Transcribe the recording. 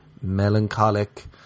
melancholic